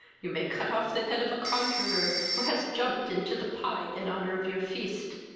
you may cut off the head of a conjurer, who has jumped into the pie in honour of your feast.